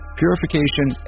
purification